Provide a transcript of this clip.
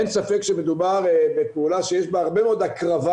אין ספק שמדובר בפעולה שיש בה הרבה מאוד הקרבה.